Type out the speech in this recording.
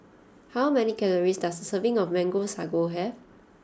how many calories does a serving of Mango Sago have